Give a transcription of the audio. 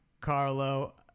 Carlo